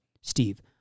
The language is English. Steve